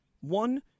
one